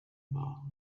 bar